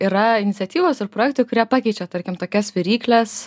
yra iniciatyvos ir projektų kurie pakeičia tarkim tokias virykles